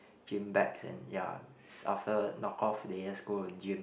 gym bags and ya after knock off they just go in gym